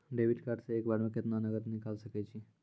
Debit card से एक बार मे केतना नगद निकाल सके छी?